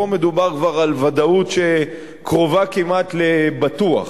פה מדובר כבר על ודאות שקרובה כמעט לבטוח.